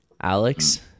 Alex